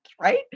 right